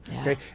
Okay